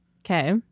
Okay